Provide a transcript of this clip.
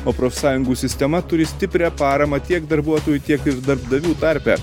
o profsąjungų sistema turi stiprią paramą tiek darbuotojų tiek ir darbdavių tarpe